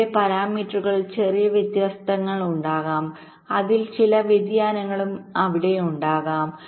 അവയുടെ പാരാമീറ്ററുകളിൽ ചെറിയ വ്യത്യാസങ്ങൾ ഉണ്ടാകും അതിനാൽ ചില വ്യതിയാനങ്ങളും അവിടെ പോകും